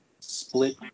Split